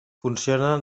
funciona